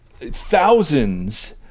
thousands